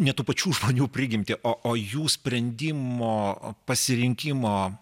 ne tų pačių žmonių prigimtį o o jų sprendimo pasirinkimo